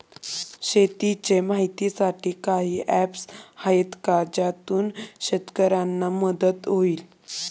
शेतीचे माहितीसाठी काही ऍप्स आहेत का ज्यातून शेतकऱ्यांना मदत होईल?